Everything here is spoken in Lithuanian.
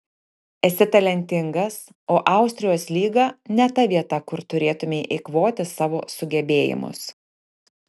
esi talentingas o austrijos lyga ne ta vieta kur turėtumei eikvoti savo sugebėjimus